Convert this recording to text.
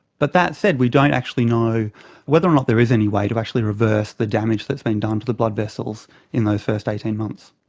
but that said, we don't actually know whether or not there is any way to actually reverse the damage that has been done to the blood vessels in those first eighteen months.